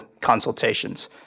consultations